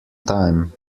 time